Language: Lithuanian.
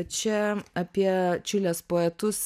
čia apie čilės poetus